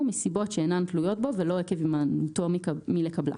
מסיבות שאינן תלויות בו ולא עקב הימנעותו מלקבלה.